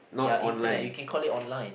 ya internet you can call it online